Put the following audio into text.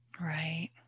Right